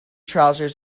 trousers